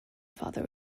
father